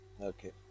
Okay